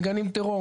מגנים טרור,